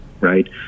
Right